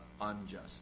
unjust